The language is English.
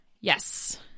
Yes